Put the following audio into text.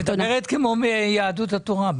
את מדברת כמו יהדות התורה.